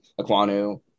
Aquanu